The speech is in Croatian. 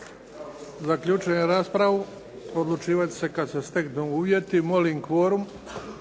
Zaključujem raspravu. Odlučivat će se kad se steknu uvjeti. **Šeks,